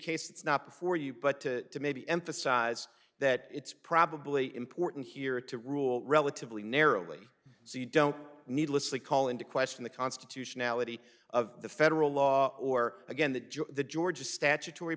that's not for you but to maybe emphasize that it's probably important here to rule relatively narrowly so you don't need list the call into question the constitutionality of the federal law or again that joe the georgia statutory